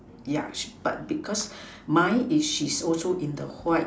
yeah but because mine is she's also in the white